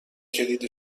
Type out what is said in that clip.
کلید